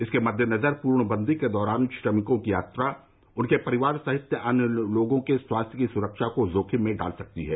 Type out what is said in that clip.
इसके मददेनजर पूर्णबन्दी के दौरान श्रमिकों की यात्रा उनके परिवार सहित अन्य लोगों के स्वास्थ्य की सुरक्षा को जोखिम में डाल सकती है